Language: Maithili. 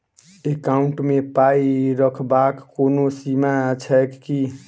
एकाउन्ट मे पाई रखबाक कोनो सीमा छैक की?